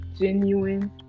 genuine